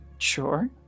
sure